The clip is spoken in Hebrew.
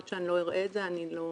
עד שאני לא אראה את זה אני לא